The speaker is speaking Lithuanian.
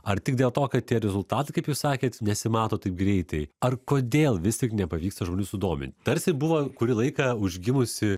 ar tik dėl to kad tie rezultatai kaip jūs sakėt nesimato taip greitai ar kodėl vis tik nepavyksta žmonių sudomint tarsi buvo kurį laiką užgimusi